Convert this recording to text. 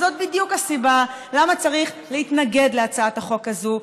וזאת בדיוק הסיבה שצריך להתנגד להצעת החוק הזאת,